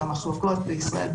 המחלוקות בישראל,